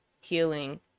healing